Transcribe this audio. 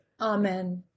Amen